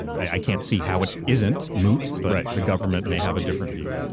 i can't see how it isn't moot, but the government may have a different view.